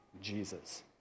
Jesus